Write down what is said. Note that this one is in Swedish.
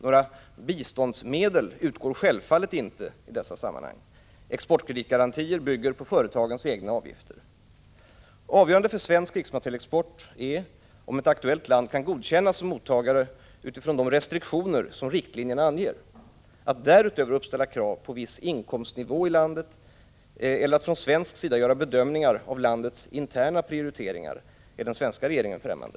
Några biståndsmedel utgår självfallet inte i dessa sammanhang. Exportkreditgarantier bygger på företagens egna avgifter. Avgörande för svensk krigsmaterielexport är om ett aktuellt land kan godkännas som mottagare utifrån de restriktioner som riktlinjerna anger. Att därutöver uppställa krav på viss inkomstnivå i landet eller att från svensk sida göra bedömningar av landets interna prioriteringar är den svenska regeringen främmande.